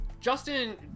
Justin